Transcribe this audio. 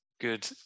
good